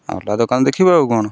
ଅଲଗା ଦୋକାନ ଦେଖିବୁ ଆଉ କ'ଣ